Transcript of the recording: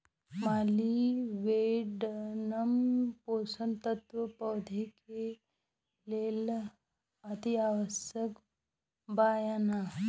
Molybdenum पोषक तत्व पौधा के लेल अतिआवश्यक बा या न?